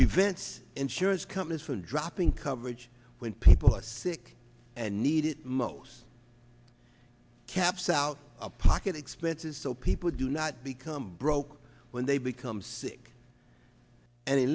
prevents insurance companies from dropping coverage when people are sick and need it most caps out of pocket expenses so people do not become broke when they become sick and